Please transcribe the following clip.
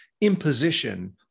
imposition